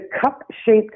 cup-shaped